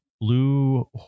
blue